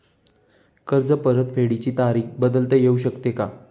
कर्ज परतफेडीची तारीख बदलता येऊ शकते का?